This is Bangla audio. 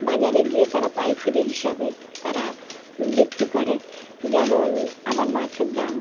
বাজারে গিয়ে তারা পাইকারি হিসাবে তারা বিক্রি করে যেমন আমার মাছের দাম